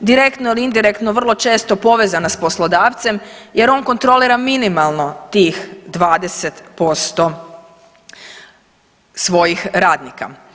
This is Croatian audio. direktno ili indirektno vrlo često povezana s poslodavcem jer on kontrolira minimalno tih 20% svojih radnika.